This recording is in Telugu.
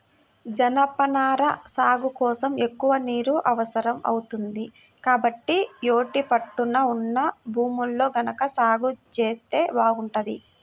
జనపనార సాగు కోసం ఎక్కువ నీరు అవసరం అవుతుంది, కాబట్టి యేటి పట్టున ఉన్న భూముల్లో గనక సాగు జేత్తే బాగుంటది